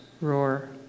roar